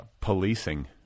policing